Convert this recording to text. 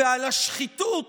ועל השחיתות